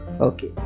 Okay